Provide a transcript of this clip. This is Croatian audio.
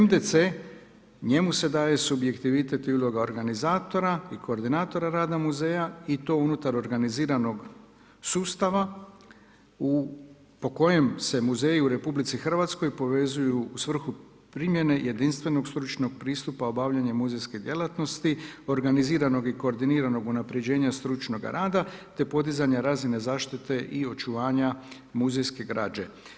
MDC, njemu se daje subjektivitet i uloga organizatora i koordinatora rada muzeja i to unutar organiziranog sustava po kojem se muzeji u RH povezuju u svrhu primjene jedinstvenog stručnog pristupa obavljanja muzejske djelatnosti, organiziranog i koordiniranog unapređenja stručnoga rada te podizanja razine zaštite i očuvanja muzejske građe.